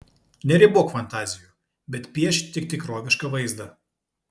neribok fantazijų bet piešk tik tikrovišką vaizdą